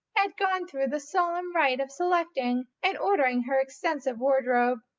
had gone through the solemn rite of selecting and ordering her extensive wardrobe.